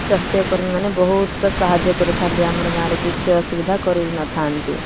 ସ୍ୱାସ୍ଥ୍ୟକର୍ମୀମାନେ ବହୁତ ସାହାଯ୍ୟ କରିଥାନ୍ତି ଆମର ଗାଁରେ କିଛି ଅସୁବିଧା କରେଇ ନଥାନ୍ତି